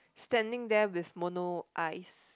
standing there with mono eyes